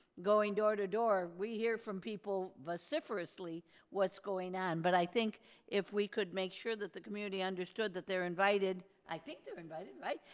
going door to door we hear from people vociferously what's going on but i think if we could make sure that the community understood that they're invited i think they're invited, right?